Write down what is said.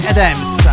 Adams